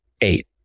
Eight